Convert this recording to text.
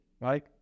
right